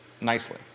nicely